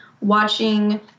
watching